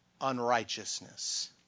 unrighteousness